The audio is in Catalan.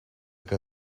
que